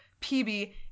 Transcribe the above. PB